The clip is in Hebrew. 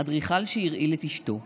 / אדריכל שהרעיל את אשתו,